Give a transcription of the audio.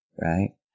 right